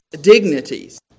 dignities